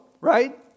right